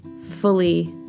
fully